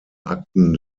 akten